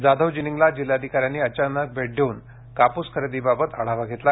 जाधव जिनिंगला जिल्हाधिका यांनी अचानक भेट देऊन कापूस खरेदीबाबत आढावा घेतला